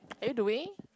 are you doing